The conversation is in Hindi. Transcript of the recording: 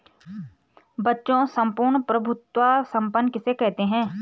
बच्चों सम्पूर्ण प्रभुत्व संपन्न किसे कहते हैं?